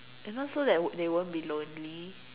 you know so that wo~ they won't be lonely